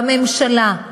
והממשלה,